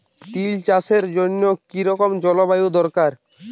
তিল চাষের জন্য কি রকম জলবায়ু দরকার?